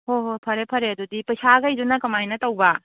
ꯍꯣ ꯍꯣ ꯐꯔꯦ ꯐꯔꯦ ꯑꯗꯨꯗꯤ ꯄꯩꯁꯥꯒꯩꯗꯨꯅ ꯀꯃꯥꯏꯅ ꯇꯧꯕ